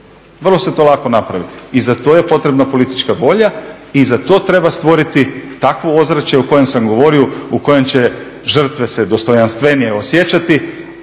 vrlo se to lako napravi i za to je potrebna politička volja i za to treba stvoriti takvo ozračje o kojem sam govorio, u kojem će žrtve se dostojanstvenije osjećati.